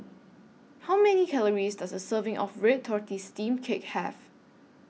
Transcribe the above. How Many Calories Does A Serving of Red Tortoise Steamed Cake Have